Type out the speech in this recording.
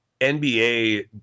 NBA